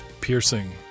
piercing